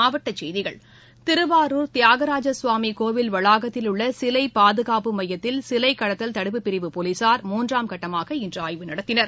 மாவட்டசெய்திகள் திருவாரூர் தியாகராஜ சுவாமிகோவில் வளாகத்தில் உள்ளசிலைபாதுகாப்பு மையத்தில் சிலைகடத்தல் தடுப்பு பிரிவு போலீசார் மூன்றாம் கட்டமாக இன்றுஆய்வு நடத்தினர்